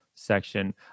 section